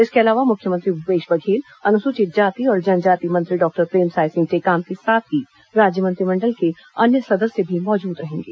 इसके अलावा मुख्यमंत्री भूपेश बघेल अनुसूचित जाति और जनजाति मंत्री डॉक्टर प्रेमसाय सिंह टेकाम के साथ ही राज्य मंत्रिमंडल के अन्य सदस्य भी मौजूद रहेंगे